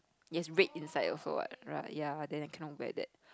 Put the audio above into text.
it has red inside also what right~ ya then I cannot wear that